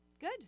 Good